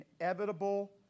inevitable